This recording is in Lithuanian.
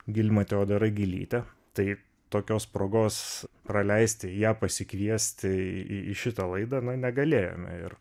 gilma teodora gilytė tai tokios progos praleisti ją pasikviesti į į šitą laidą na negalėjome ir